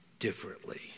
differently